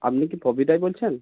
আপনি কি পপি রায় বলছেন